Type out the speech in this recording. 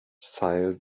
sighed